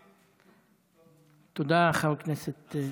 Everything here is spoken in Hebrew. תודה, חבר הכנסת.